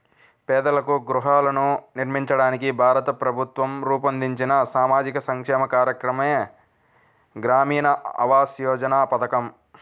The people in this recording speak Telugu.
పేదలకు గృహాలను నిర్మించడానికి భారత ప్రభుత్వం రూపొందించిన సామాజిక సంక్షేమ కార్యక్రమమే గ్రామీణ ఆవాస్ యోజన పథకం